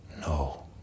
no